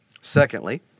Secondly